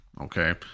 okay